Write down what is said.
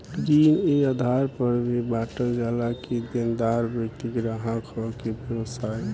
ऋण ए आधार पर भी बॉटल जाला कि देनदार व्यक्ति ग्राहक ह कि व्यवसायी